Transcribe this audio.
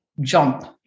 jump